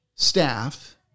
staff